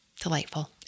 delightful